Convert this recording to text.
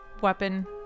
Weapon